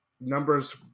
numbers